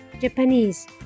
Japanese